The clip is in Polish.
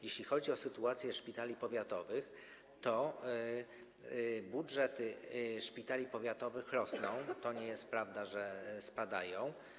Jeśli chodzi o sytuację szpitali powiatowych, to budżety szpitali powiatowych rosną, to nie jest prawda, że spadają.